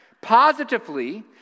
positively